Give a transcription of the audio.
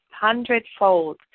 hundredfold